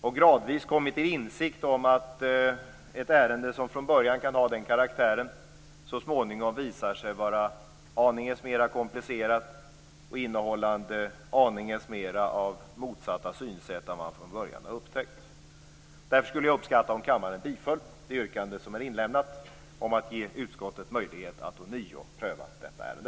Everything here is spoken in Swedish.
Gradvis har man kommit till insikt om att ett ärende som från början kan ha den karaktären så småningom visar sig vara aningen mer komplicerat och innehålla aningen mer av motsatta synsätt än man från början hade upptäckt. Därför skulle jag uppskatta om kammaren biföll det yrkande som är inlämnat om att ge utskottet möjlighet att ånyo pröva detta ärende.